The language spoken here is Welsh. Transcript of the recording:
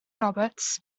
roberts